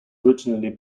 originally